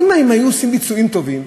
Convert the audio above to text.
אם הם היו עושים ביצועים טובים,